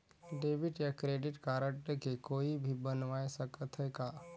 Debit या credit card के कोई भी बनवाय सकत है का?